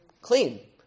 Clean